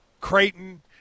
Creighton